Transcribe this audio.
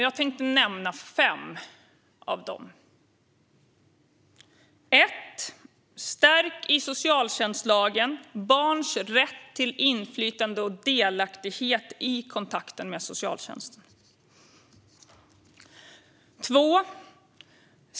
Jag tänkte nämna fem av dem: Stärk i socialtjänstlagen barns rätt till inflytande och delaktighet i kontakten med socialtjänsten.